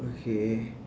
okay